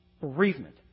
bereavement